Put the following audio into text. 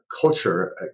culture